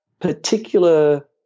particular